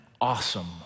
awesome